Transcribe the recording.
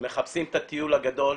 הם מחפשים את הטיול הגדול,